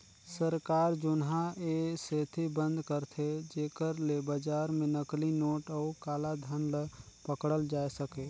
सरकार जुनहा ए सेती बंद करथे जेकर ले बजार में नकली नोट अउ काला धन ल पकड़ल जाए सके